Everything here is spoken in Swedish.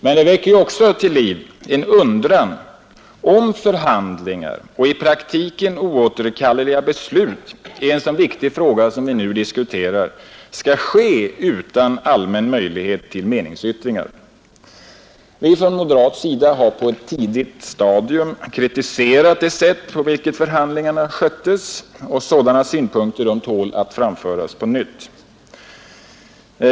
Men det väcker också till liv en undran, om förhandlingar och i praktiken oåterkalleliga beslut i en så viktig fråga som den vi nu diskuterar skall ske utan allmän möjlighet till meningsyttringar. Vi har från moderat sida på ett tidigt stadium kritiserat det sätt på vilket förhandlingarna sköttes, och sådana synpunkter tål att framföras på nytt.